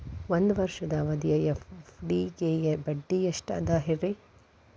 ಒಂದ್ ವರ್ಷದ ಅವಧಿಯ ಎಫ್.ಡಿ ಗೆ ಬಡ್ಡಿ ಎಷ್ಟ ಅದ ರೇ?